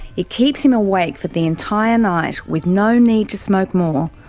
it keeps him awake for the entire night with no need to smoke more,